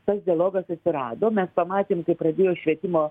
tas dialogas atsirado mes pamatėm kai pradėjo švietimo